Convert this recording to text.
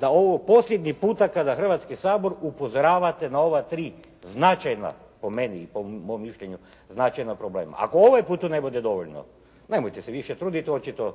da je ovo posljednji puta kada Hrvatski sabor upozoravate na ova tri značajna, po meni i po mom mišljenju značajna problema. Ako ovaj put to ne bude dovoljno, nemojte se više truditi. Očito